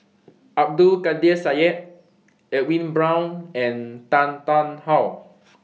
Abdul Kadir Syed Edwin Brown and Tan Tarn How